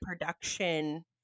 production